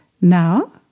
Now